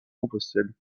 compostelle